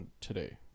today